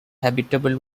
habitable